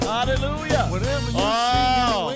Hallelujah